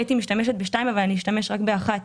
הייתי משתמשת בשתיים אבל אשתמש רק באחת.